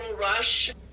rush